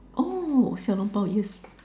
oh 小笼包 yes